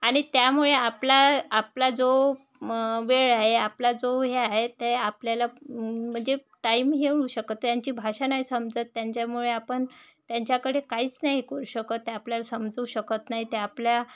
आणि त्यामुळे आपला आपला जो वेळ आहे आपला जो हे आहे ते आपल्याला म्हणजे टाईम हे होऊ शकत त्यांची भाषा नाही समजत त्यांच्यामुळे आपण त्यांच्याकडे काहीच नाही करू शकताय आपल्याला समजू शकत नाही ते आपल्या